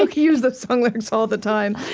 like use those song lyrics all the time.